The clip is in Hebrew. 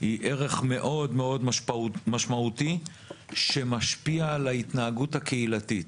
היא ערך מאוד מאוד משמעותי שמשפיע על ההתנהגות הקהילתית.